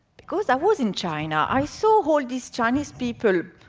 because i was in china, i saw all these chinese people,